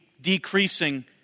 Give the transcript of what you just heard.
decreasing